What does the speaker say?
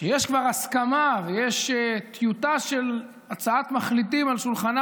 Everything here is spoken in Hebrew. שיש כבר הסכמה ויש טיוטה של הצעת מחליטים על שולחנה